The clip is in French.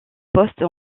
postes